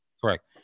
correct